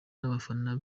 n’abafana